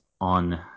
on